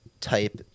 type